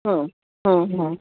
હહ હ